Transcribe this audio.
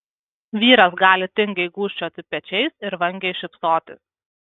vyras gali tingiai gūžčioti pečiais ir vangiai šypsotis